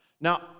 Now